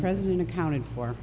present accounted for